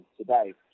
today